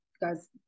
guys